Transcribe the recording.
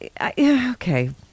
okay